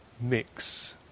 mix